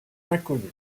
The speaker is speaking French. inconnue